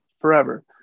forever